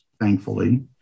thankfully